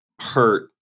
hurt